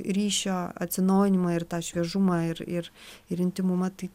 ryšio atsinaujinimą ir tą šviežumą ir ir ir intymumą tai